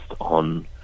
on